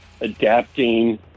adapting